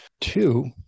two